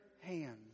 hands